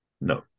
No